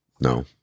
no